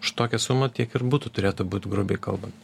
už tokią sumą tiek ir butų turėtų būt grubiai kalbant